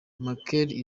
makeri